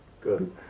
Good